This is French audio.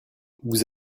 vous